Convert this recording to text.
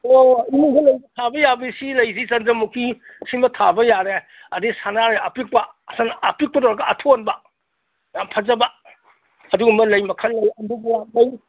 ꯑꯣ ꯏꯃꯨꯡꯗ ꯂꯩꯁꯤ ꯊꯥꯕ ꯌꯥꯕꯁꯤ ꯂꯩꯁꯤ ꯆꯟꯗ꯭ꯔꯃꯨꯈꯤ ꯁꯤꯃ ꯊꯥꯕ ꯌꯥꯔꯦ ꯑꯗꯩ ꯁꯥꯅꯥꯔꯩ ꯑꯄꯤꯛꯄ ꯑꯄꯤꯛꯄꯗ ꯑꯣꯏꯔꯒ ꯑꯊꯣꯟꯕ ꯌꯥꯝ ꯐꯖꯕ ꯑꯗꯨꯒꯨꯝꯕ ꯂꯩ ꯃꯈꯜ ꯂꯩ ꯑꯅꯗꯨꯒꯨꯂꯥꯞ ꯂꯩ